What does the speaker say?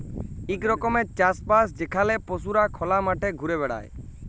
ইক রকমের চাষ বাস যেখালে পশুরা খলা মাঠে ঘুরে বেড়ায়